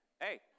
Hey